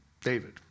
David